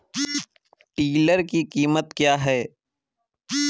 Tiller की कीमत क्या है?